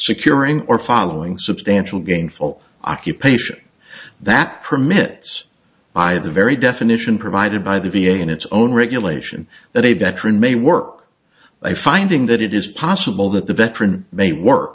securing or following substantial gainful occupation that permits by the very definition provided by the v a and its own regulation that a veteran may work by finding that it is possible that the veteran may work